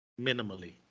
Minimally